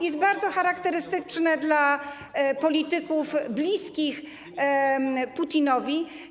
jest bardzo charakterystyczne dla polityków bliskich Putinowi.